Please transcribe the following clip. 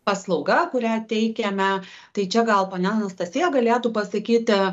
paslauga kurią teikiame tai čia gal ponia anastasija galėtų pasakyti